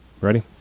Ready